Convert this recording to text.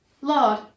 Lord